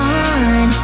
on